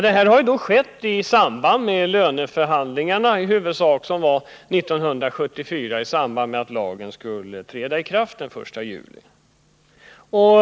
Detta skedde huvudsakligen i samband med löneförhandlingar 1974, det år då lagen skulle träda i kraft den 1 juli.